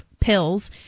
pills